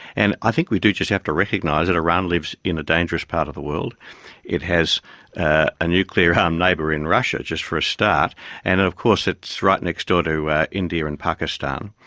and i think we do just have to recognise that iran lives in a dangerous part of the world it has a nuclear-armed neighbour in russia, just for a start and of course it's right next-door to india and pakistan.